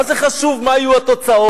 מה חשוב מה יהיו התוצאות?